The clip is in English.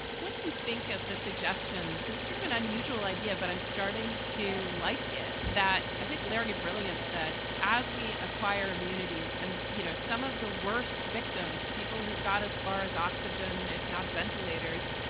what do you think of the suggestions? it's sort of an unusual idea. but i'm starting to like, get that? i think larry brilliant said as we acquire immunities and, you know, some of the worst victims, people got as far as oxygen, if not ventilators,